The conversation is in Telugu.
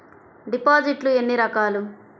డిపాజిట్లు ఎన్ని రకాలు?